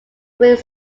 greg